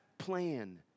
plan